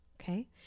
okay